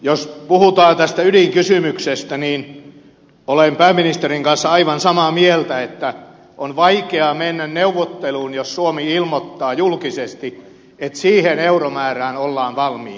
jos puhutaan tästä ydinkysymyksestä niin olen pääministerin kanssa aivan samaa mieltä että on vaikeaa mennä neuvotteluun jos suomi ilmoittaa julkisesti että siihen euromäärään ollaan valmiit menemään